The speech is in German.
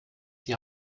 die